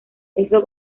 eso